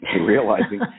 realizing